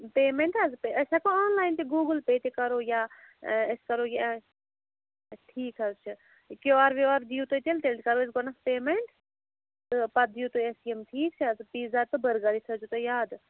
payment حظ أسۍ ہٮ۪کو آنلاین تہِ گوٗگٕل پے تہِ کَرو یا أسۍ کَرو یہِ ٹھیٖک حظ چھُ کیوٗ آر ویوٗ آر دِیِو تُہۍ تیٚلہِ تیٚلہِ کَرو أسۍ گۄڈنٮ۪تھ پیمٮ۪نٛٹ تہٕ پَتہٕ دِیِو تُہۍ اَسہِ یِم ٹھیٖک چھا تہٕ پیٖزا تہٕ بٔرگَر یہِ تھٲیزیٚو تُہۍ یاد